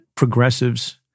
progressives